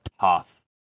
tough